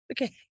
okay